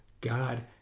God